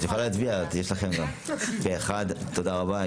תודה רבה.